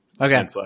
Okay